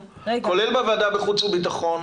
כולל בוועדה בחוץ וביטחון,